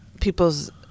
people's